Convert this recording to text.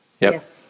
Yes